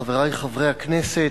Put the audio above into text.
חברי חברי הכנסת,